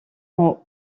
ont